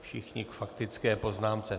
Všichni k faktické poznámce.